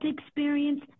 experience